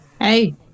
hey